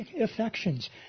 affections